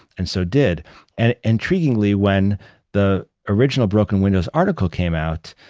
and so did and intriguingly, when the original broken windows article came out,